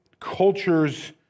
cultures